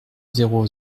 zéro